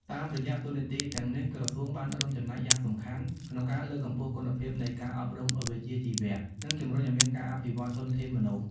តាមរយៈតួនាទីទាំងនេះ ក្រសួងបានរួមចំណែកយ៉ាងសំខាន់ក្នុងការលើកកម្ពស់គុណភាពនៃការអប់រំវិជ្ជាជីវៈ និងជំរុញឱ្យមានការអភិវឌ្ឍធនធានមនុស្ស។